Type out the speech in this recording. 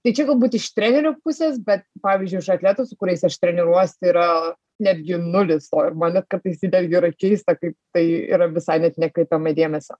tai čia galbūt iš trenerio pusės bet pavyzdžiui iš atletų su kuriais aš treniruojuosi tai yra netgi nulis o ir man net kartais tai netgi yra keista kai tai yra visai net nekreipiama dėmesio